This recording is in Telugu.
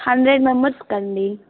హండ్రెడ్ మెంబర్స్కండి